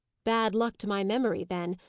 bad luck to my memory, then!